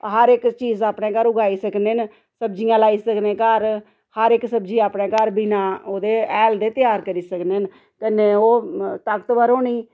हर इक चीज़ अपने घर उगाई सकने न सब्जियां लाई सकने घर हर इक सब्जी अपने घर बिना ओह्दे हैल दे त्यार करी सकने न कन्नै ओह् ताकतवर होनी